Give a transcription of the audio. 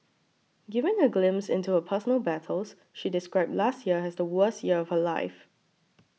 giving a glimpse into her personal battles she described last year as the worst year of her life